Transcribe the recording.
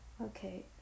Okay